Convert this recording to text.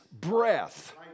breath